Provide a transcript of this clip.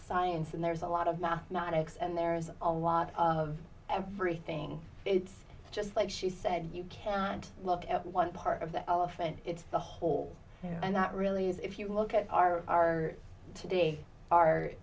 science and there's a lot of mathematics and there's a lot of everything it's just like she said you can't look at one part of the elephant it's the whole and that really is if you look at our today are